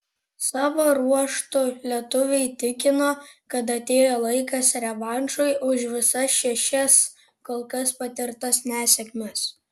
savo ruožtu lietuviai tikino kad atėjo laikas revanšui už visas šešias kol kas patirtas nesėkmes